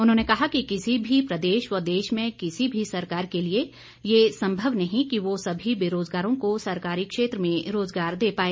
उन्होंने कहा कि किसी भी प्रदेश व देश में किसी भी सरकार के लिए यह संभव नहीं कि वह सभी बेरोजगारों को सरकारी क्षेत्र में रोजगार दे पाए